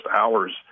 hours